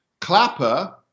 Clapper